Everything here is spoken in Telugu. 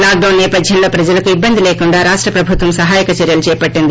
లాక్డౌస్ సేపథ్యంలో ప్రజలకు ఇబ్బంది లేకుండా రాష్ట ప్రభుత్వం సహాయక చర్యలు చేపట్లింది